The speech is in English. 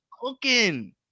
cooking